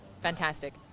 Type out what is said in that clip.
Fantastic